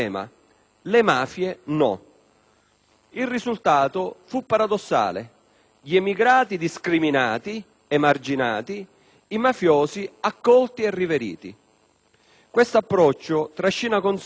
Il risultato fu paradossale: gli emigrati discriminati, emarginati, i mafiosi accolti e riveriti. Questo approccio trascina con sé un altro risultato negativo: